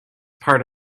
part